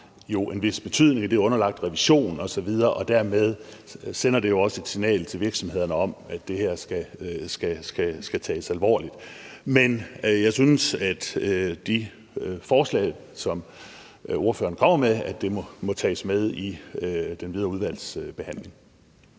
har en vis betydning, da det er underlagt revision osv.. Dermed sender det jo også et signal til virksomhederne om, at det her skal tages alvorligt. Men jeg synes, at de forslag, som ordføreren kommer med, må tages med i den videre udvalgsbehandling.